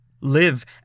Live